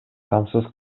камсыз